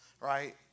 right